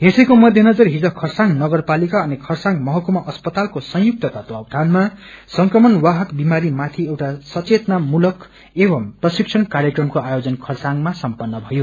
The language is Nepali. यसैको मध्यनजर खरसाङ नगपलिका अनि खरसाङ महकुमा अस्पतालको संयुक्त तत्वाधानमा संक्रमण वाहक विमारीमाथि एउटा संचेतनामूलक एवं प्रशितक्षण कार्यक्रमको आयोजन खरसाङमा सम्पन्न भयो